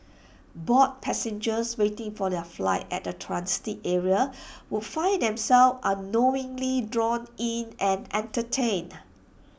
bored passengers waiting for their flight at the transit area would find themselves unknowingly drawn in and entertained